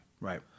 Right